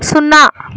సున్నా